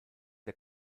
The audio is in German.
der